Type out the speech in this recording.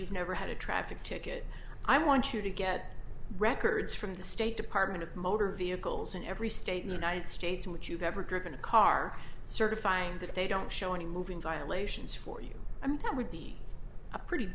never had a traffic ticket i want you to get records from the state department of motor vehicles in every state in the united states in which you've ever driven a car certifying that they don't show any moving violations for you i mean that would be a pretty